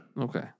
Okay